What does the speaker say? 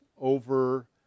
over